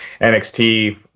NXT